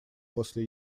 после